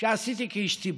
שעשיתי כאיש ציבור.